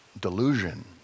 delusion